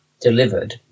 delivered